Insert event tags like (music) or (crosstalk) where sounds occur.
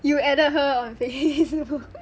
you added her on face (laughs) book